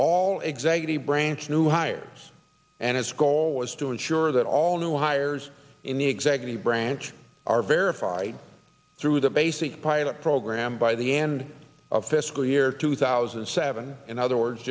all executive branch new hires and its goal is to ensure that all new hires in the executive branch are verified through the basic pilot program by the end of fiscal year two thousand and seven in other words